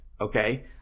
Okay